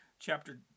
chapter